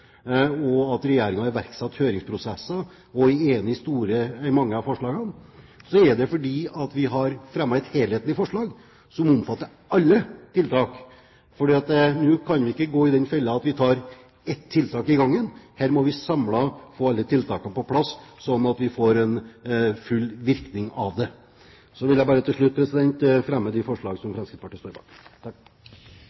og at Regjeringen har iverksatt høringsprosesser og er enig i mange av forslagene, er at det er et helhetlig forslag som omfatter alle tiltak. For vi kan ikke nå gå i den fella at vi tar ett tiltak om gangen. Her må vi samlet få alle tiltakene på plass, sånn at vi får en full virkning av det. Til slutt vil jeg ta opp de forslagene som Fremskrittspartiet står bak. Representanten Per Sandberg har tatt opp de